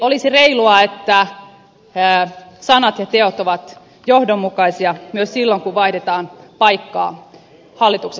olisi reilua että sanat ja teot ovat johdonmukaisia myös silloin kun vaihdetaan paikkaa hallituksesta oppositioon